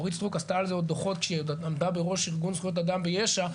אורית סטרוק עשתה על זה דוחות כשהיא עמדה בראש ארגון זכויות אדם ביש"ע,